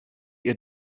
ihr